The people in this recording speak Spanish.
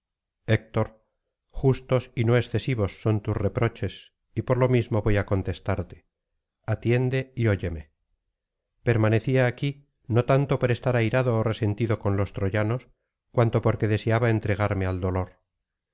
héctor justos y no excesivos son tus reproches y por lo mismo voy á contestarte atiende y óyeme permanecía aquí no tanto por estar airado ó resentido con los troyanos cuanto porque deseaba entregarme al dolor